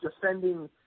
defending